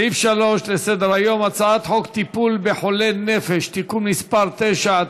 סעיף 3 בסדר-היום: הצעת חוק טיפול בחולי נפש (תיקון מס' 9),